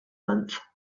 month